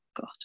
god